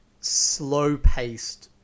slow-paced